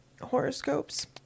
horoscopes